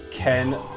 Ken